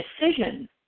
decision